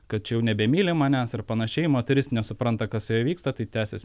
kad čia jau nebemyli manęs ir panašiai moteris nesupranta kas su ja vyksta tai tęsias